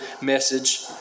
message